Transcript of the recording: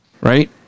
Right